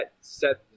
set